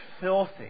filthy